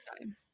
time